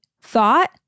Thought